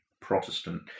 Protestant